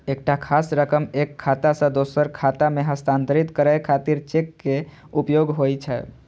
एकटा खास रकम एक खाता सं दोसर खाता मे हस्तांतरित करै खातिर चेक के उपयोग होइ छै